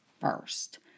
first